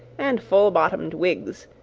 and full-bottomed wigs,